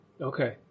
Okay